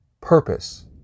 purpose